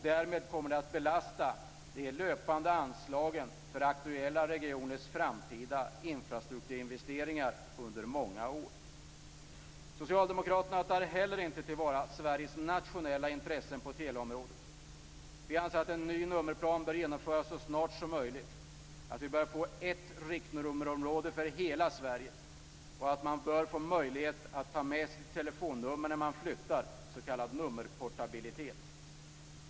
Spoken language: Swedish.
Därmed kommer det att belasta de löpande anslagen för aktuella regioners framtida infrastrukturinvesteringar under många år. Socialdemokraterna tar inte heller till vara Sveriges nationella intressen på teleområdet. Vi anser att en ny nummerplan bör genomföras så snart som möjligt. Det bör bli ett riktnummerområde för hela Sverige. Man bör få möjlighet att ta med sig sitt gamla telefonnummer när man flyttar inom landet, s.k. nummerportabilitet.